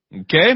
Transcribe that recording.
Okay